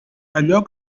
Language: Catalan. allò